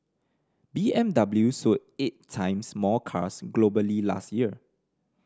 B M W sold eight times more cars globally last year